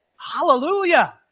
Hallelujah